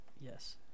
Yes